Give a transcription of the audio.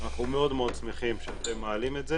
אנחנו מאוד מאוד שמחים שאתם מעלים את זה